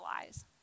lies